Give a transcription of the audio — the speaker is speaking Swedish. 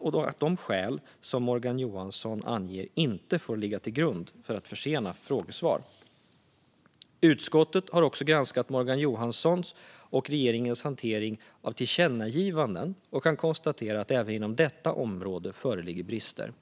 och att de skäl som Morgan Johansson anger inte får ligga till grund för att försena frågesvar. Utskottet har också granskat Morgan Johanssons och regeringens hantering av tillkännagivanden och kan konstatera att det även inom detta område föreligger brister.